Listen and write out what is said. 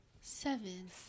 Seven